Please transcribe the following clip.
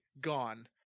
gone